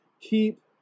keep